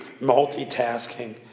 multitasking